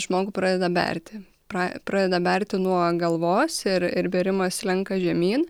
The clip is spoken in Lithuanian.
žmogų pradeda berti pra pradeda berti nuo galvos ir ir bėrimas slenka žemyn